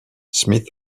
smith